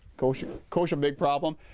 kochia kochia big problem.